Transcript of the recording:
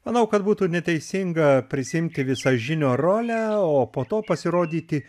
manau kad būtų neteisinga prisiimti visažinio rolę o po to pasirodyti